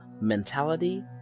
mentality